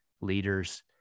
leaders